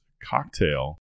cocktail